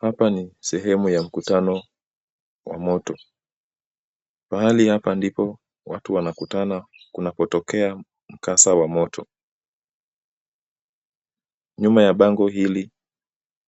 Hapa ni sehemu ya mkutano ya moto. Pahali hapa ndipo watu wanakutana panapotokea mkasa wa moto. Nyuma ya bango hili